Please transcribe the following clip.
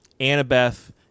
Annabeth